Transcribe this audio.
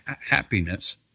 happiness